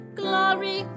glory